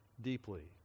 deeply